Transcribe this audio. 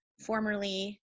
formerly